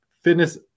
fitness